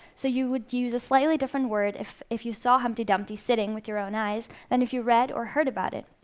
so you would use a slightly different word if if you saw humpty dumpty sitting with your own eyes than if you read or heard about it.